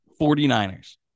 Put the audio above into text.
49ers